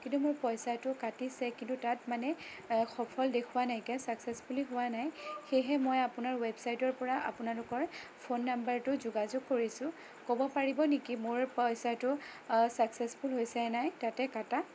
কিন্তু মোৰ পইচাটো কাটিছে কিন্তু তাত মানে সফল দেখুওৱা নাইকিয়া চ্যাক্সেছফুল দেখুওৱা নাই সেয়েহে মই আপোনাৰ ৱেবছাইটৰ পৰা আপোনালোকৰ ফোন নাম্বাৰটো যোগাযোগ কৰিছোঁ ক'ব পাৰিব নেকি মোৰ পইচাটো ছাক্সেছফুল হৈছে নাই তাতে কটা